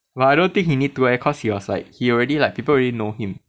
but I don't think he need to leh cause he was like he already like people already know him